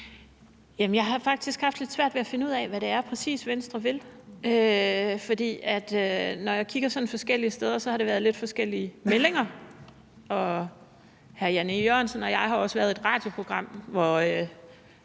Jeg har faktisk haft lidt svært ved at finde ud af, hvad det præcis er, Venstre vil, for når jeg sådan kigger forskellige steder, har der været lidt forskellige meldinger. Hr. Jan E. Jørgensen og jeg har også været med i et radioprogram, hvor